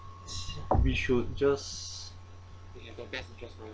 we should just